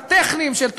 הטכניים של,